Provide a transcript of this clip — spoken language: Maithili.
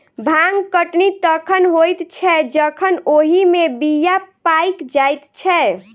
भांग कटनी तखन होइत छै जखन ओहि मे बीया पाइक जाइत छै